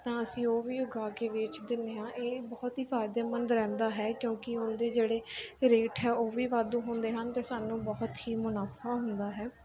ਤਾਂ ਅਸੀਂ ਉਹ ਵੀ ਉਗਾ ਕੇ ਵੇਚ ਦਿੰਦੇ ਹਾਂ ਇਹ ਬਹੁਤ ਹੀ ਫਾਇਦੇਮੰਦ ਰਹਿੰਦਾ ਹੈ ਕਿਉਂਕਿ ਉਹਦੇ ਜਿਹੜੇ ਰੇਟ ਹੈ ਉਹ ਵੀ ਵਾਧੂ ਹੁੰਦੇ ਹਨ ਅਤੇ ਸਾਨੂੰ ਬਹੁਤ ਹੀ ਮੁਨਾਫਾ ਹੁੰਦਾ ਹੈ